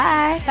Bye